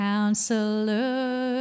Counselor